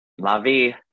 Lavi